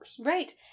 Right